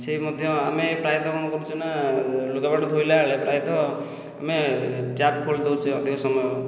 ସେ ମଧ୍ୟ ଆମେ ପ୍ରାୟତଃ କ'ଣ କରୁଛୁ ନା ଲୁଗାପଟା ଧୋଇଲାବେଳେ ପ୍ରାୟତଃ ଆମେ ଟ୍ୟାପ୍ ଖୋଲିଦେଉଛେ ଅଧିକ ସମୟ